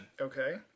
Okay